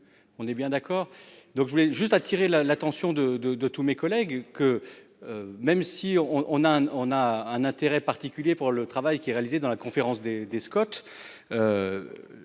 On est bien d'accord, donc je voulais juste attirer la l'attention de de de tous mes collègues que. Même si on on a on a un intérêt particulier pour le travail qui est réalisé dans la conférence des des